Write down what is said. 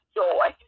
joy